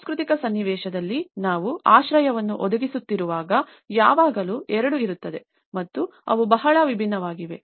ಸಾಂಸ್ಕೃತಿಕ ಸನ್ನಿವೇಶದಲ್ಲಿ ನಾವು ಆಶ್ರಯವನ್ನು ಒದಗಿಸುತ್ತಿರುವಾಗ ಯಾವಾಗಲೂ ಎರಡು ಇರುತ್ತದೆ ಮತ್ತು ಅವು ಬಹಳ ವಿಭಿನ್ನವಾಗಿವೆ